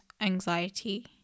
anxiety